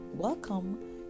Welcome